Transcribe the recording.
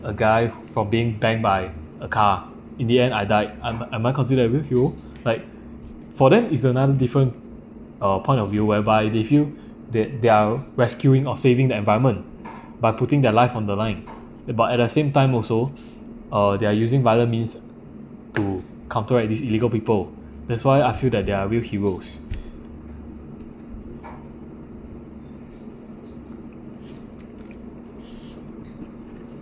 a guy for being bang by a car in the end I died am I am I considered a real hero like for them is another different uh point of view whereby they feel that they're rescuing or saving the environment by putting their life on the line but at the same time also uh they're using violent means to counteract this illegal people that's why I feel that they're real heroes